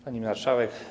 Pani Marszałek!